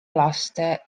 laste